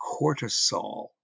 cortisol